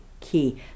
Key